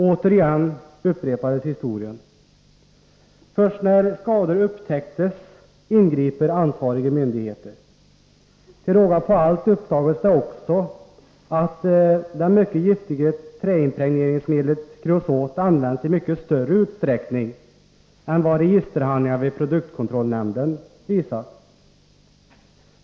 Återigen upprepades historien — först när skador upptäckts ingriper ansvariga myndigheter. Till råga på allt uppdagades det också att det mycket giftiga träimpregneringsmedlet kreosot används i mycket större utsträckning än vad registerhandlingar vid produktkontrollnämnden visat.